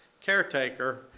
caretaker